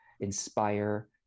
inspire